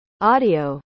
audio